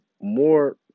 more